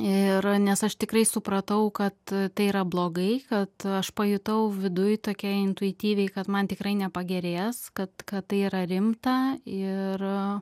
ir nes aš tikrai supratau kad tai yra blogai kad aš pajutau viduj tokia intuityviai kad man tikrai nepagerės kad kad tai yra rimta ir